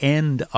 end